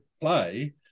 play